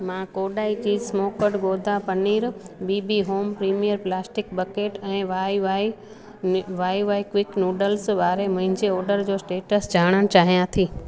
मां Kodai cheese smoked gouda paneer B B home premium plastic bucket ऐं Y Y Y Y quick noodles वारे मुंहिंजे order जो status ॼाणण चाहियां थी